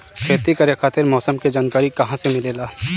खेती करे खातिर मौसम के जानकारी कहाँसे मिलेला?